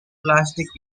plastic